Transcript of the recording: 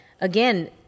again